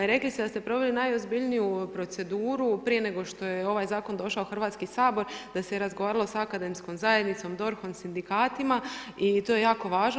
Rekli ste da ste proveli najozbiljniju proceduru prije nego što je ovaj zakon došao u Hrvatski sabor, da se je razgovaralo sa akademskom zajednicom, DORH-om, sindikatima i to je jako važno.